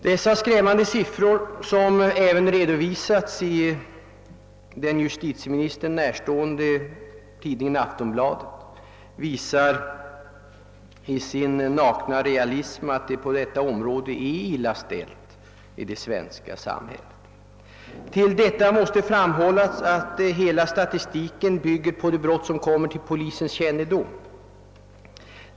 Dessa skrämmande siffror, som även redovisats i den justitieministern närstående tidningen Aftonbladet, visar i sin nakna realism att det är illa ställt på detta område i det svenska samhället. Det måste tilläggas att hela statistiken bvgger på de brott som kommer till polisens kännedom.